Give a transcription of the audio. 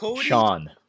Sean